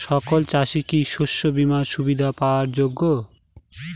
সকল চাষি কি শস্য বিমার সুবিধা পাওয়ার যোগ্য?